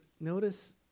notice